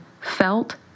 felt